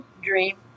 dream